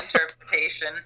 interpretation